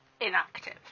inactive